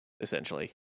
essentially